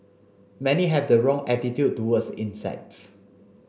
many have the wrong attitude towards insects